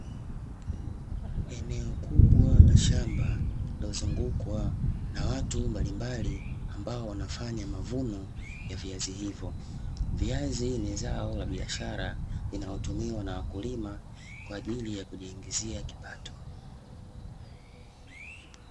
Eneo kubwa la shamba lililozungukwa na watu mbalimbali ambao wanafanya mavuno ya viazi hivyo, viazi ni zao la biashara linalotumiwa na wakulima kwa ajili ya kujiingizia kipato.